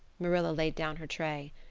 marilla laid down her tray.